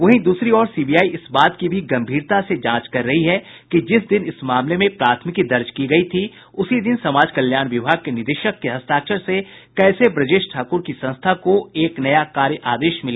वहीं दूसरी ओर सीबीआई इस बात की भी गंभीरता से जांच कर रही है कि जिस दिन इस मामले में प्राथमिकी दर्ज की गयी थी उसी दिन समाज कल्याण विभाग के निदेशक के हस्ताक्षर से कैसे ब्रजेश ठाकुर की संस्था को एक नया कार्य आदेश मिला